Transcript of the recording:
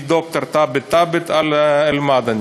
מד"ר תאבת תאבת עד אל-מדני.